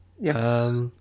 Yes